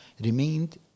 remained